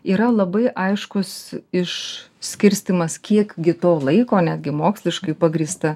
yra labai aiškus išskirstymas kiek gi to laiko netgi moksliškai pagrįsta